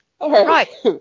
Right